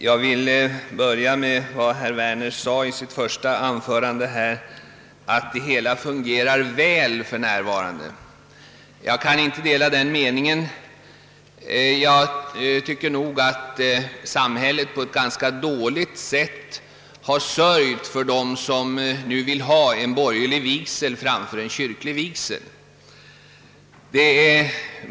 Herr talman! Herr Werner sade i sitt första anförande att den nuvarande ordningen fungerar tillfredsställande. Jag kan inte dela den uppfattningen. Jag tycker att samhället på ett ganska dåligt sätt har sörjt för dem som föredrar en borgerlig vigsel framför en kyrklig.